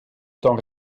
temps